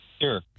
Sure